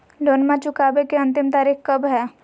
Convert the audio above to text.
लोनमा चुकबे के अंतिम तारीख कब हय?